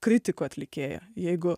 kritikų atlikėja jeigu